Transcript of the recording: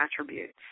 attributes